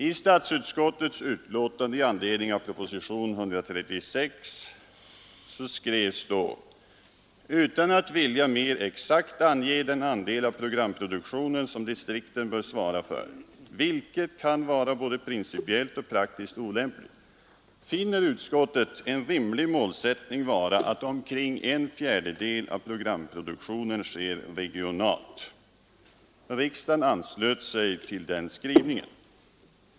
I statsutskottets utlåtande i anledning av proposition 136 år 1966 skrevs: ”Utan att vilja mera exakt ange den andel av programproduktionen som distrikten bör svara för — vilket kan vara både principiellt och praktiskt olämpligt — finner utskottet en rimlig målsättning vara att omkring en fjärdedel av programproduktionen sker regionalt.” Riksdagen anslöt sig till denna skrivning.